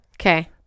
Okay